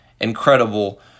incredible